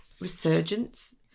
resurgence